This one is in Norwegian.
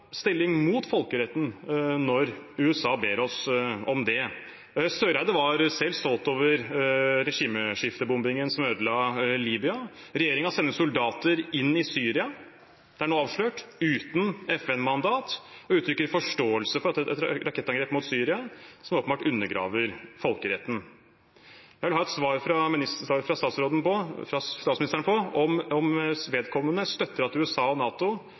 stilling mot folkeretten når USA ber oss om det. Eriksen Søreide var selv stolt over regimeskiftebombingen som ødela Libya. Regjeringen sender soldater inn i Syria – det er nå avslørt – uten FN-mandat og uttrykker forståelse for et rakettangrep mot Syria som åpenbart undergraver folkeretten. Jeg vil ha et svar fra statsministeren på om hun støtter at USA og NATO bryter ned folkeretten i dag, og hvordan det forventes at